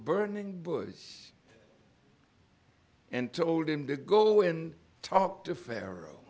burning bush and told him to go in talk to pharaoh